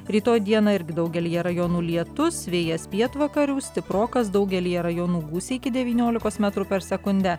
rytoj dieną irgi daugelyje rajonų lietus vėjas pietvakarių stiprokas daugelyje rajonų gūsiai iki devyniolikos metrų per sekundę